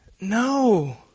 No